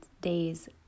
days